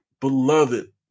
beloved